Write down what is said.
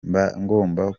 ngomba